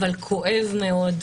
אבל כואב מאוד,